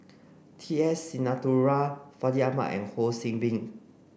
T S Sinnathuray Fandi Ahmad and Ho See Beng